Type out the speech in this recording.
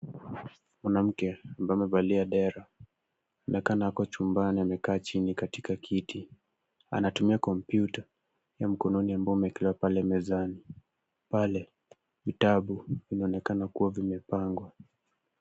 Mwanamke ambaye amevalia dera. Anaonekana ako chumbani amekaa chini katika kiti. Anatumia kompyuta ya mkononi ambayo amewekelea pale mezani. Pale, vitabu vinaonekana kuwa vimepangwa.